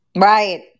Right